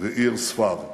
ועיר ספר.